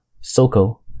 Soko